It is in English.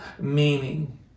meaning